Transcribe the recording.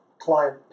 client